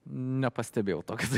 nepastebėjau toks